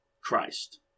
Christ